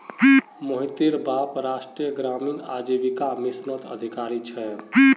मोहितेर बाप राष्ट्रीय ग्रामीण आजीविका मिशनत अधिकारी छे